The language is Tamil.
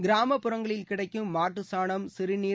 கிராமப்புறங்களில் கிடைக்கும் மாட்டு சாணம் சிறுநீர்